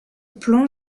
plants